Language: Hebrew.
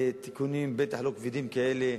תיקונים, בטח לא כבדים כאלה,